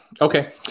Okay